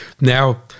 now